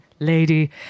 Lady